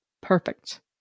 Perfect